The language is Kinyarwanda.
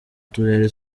turere